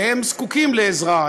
והם זקוקים לעזרה,